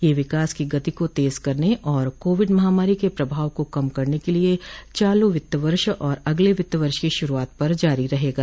यह विकास की गति को तेज करने और कोविड महामारी के प्रभाव को कम करने के लिए चालू वित्त वर्ष और अगले वित्त वर्ष की शुरूआत पर जारी रहेगा